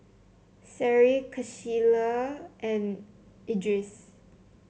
Seri Qalisha and Idris